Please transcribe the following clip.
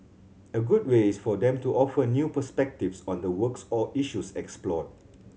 a good way is for them to offer new perspectives on the works or issues explored